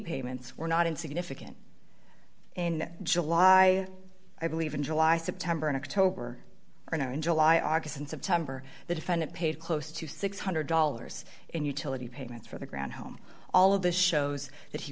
payments were not insignificant in july i believe in july september and october are now in july august and september the defendant paid close to six hundred dollars in utility payments for the ground home all of this shows that he